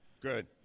Good